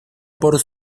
por